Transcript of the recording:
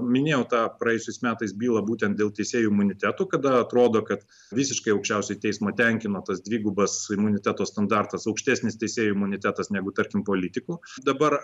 minėjau tą praėjusiais metais bylą būtent dėl teisėjų imunitetų kada atrodo kad visiškai aukščiausiąjį teismą tenkino tas dvigubas imuniteto standartas aukštesnis teisėjų imunitetas negu tarkim politikų dabar